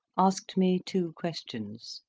asked me two questions